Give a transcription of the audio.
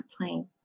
plane